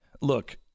Look